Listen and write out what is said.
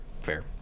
fair